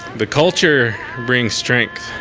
the culture brings strength.